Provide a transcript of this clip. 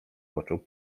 począł